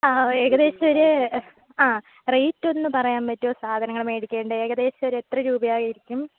ആ ഏകദേശം ഒരു ആ റേറ്റ് ഒന്ന് പറയാൻ പറ്റുമോ സാധനങ്ങൾ മേടിക്കേണ്ടത് ഏകദേശം ഒരു എത്ര രൂപയായിരിക്കും